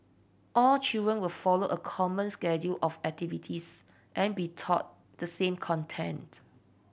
all children will follow a common schedule of activities and be taught the same content